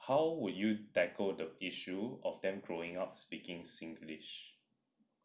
how would you tackle the issue of them growing up speaking singlish